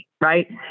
right